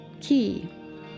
key